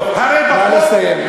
טוב, נא לסיים.